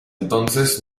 entonces